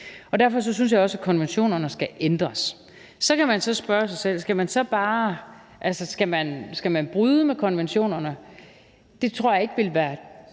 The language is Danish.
dag. Derfor synes jeg også, at konventionerne skal ændres. Så kan man spørge sig selv: Skal man bryde med konventionerne? Det tror jeg ikke ville være